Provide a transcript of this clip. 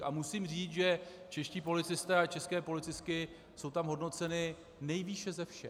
A musím říct, že čeští policisté a české policistky jsou tam hodnoceni nejvýše ze všech.